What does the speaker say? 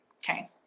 okay